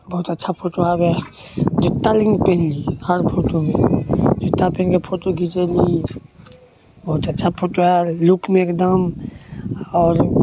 बहुत अच्छा फोटो आबै हइ जुत्ता लेकिन पेन्हली हर फोटोमे जुत्ता पेन्हके फोटो घिचैली बहुत अच्छा फोटो आएल लुकमे एगदम आओर